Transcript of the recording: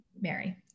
Mary